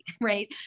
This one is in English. right